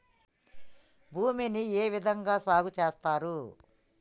భూమిని ఏ విధంగా సాగు చేస్తున్నారు?